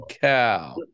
cow